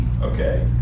Okay